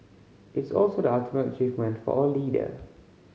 it's also the ultimate achievement for a leader